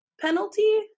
penalty